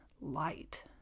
light